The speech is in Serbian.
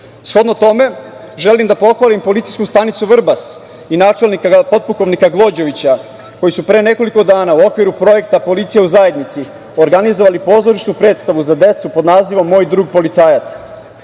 tome, želim da pohvalim policijsku stanicu Vrbas i načelnika potpukovnika Gvođevića koji su pre nekoliko dana u okviru projekta „Policija u zajednici“ organizovali pozorišnu predstavu za decu pod nazivom „Moj drug policajac“.